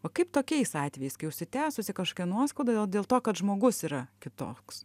o kaip tokiais atvejais kai užsitęsusi kažką nuoskauda dėl dėl to kad žmogus yra kitoks